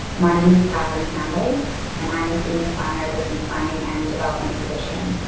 my name is kathryn. can bates and i'm a senior planner with the planning and development division.